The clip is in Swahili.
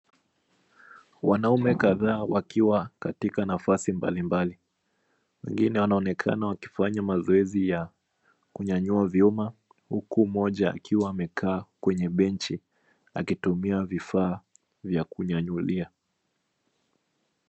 Wanaume kadhaa wakiwa katika nafasi mbalimbali. Wengine wanaonekana wakifanya mazoezi ya kunyanyua vyuma huku mmoja akiwa amekaa kwenye benchi akitumia vifaa vya kunyanyulia.